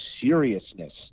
seriousness